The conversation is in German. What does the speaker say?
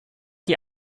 die